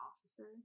officer